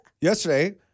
yesterday